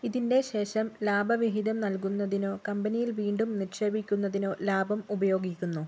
ഇതിൻ്റെ ശേഷം ലാഭവിഹിതം നൽകുന്നതിനോ കമ്പനിയിൽ വീണ്ടും നിക്ഷേപിക്കുന്നതിനോ ലാഭം ഉപയോഗിക്കുന്നു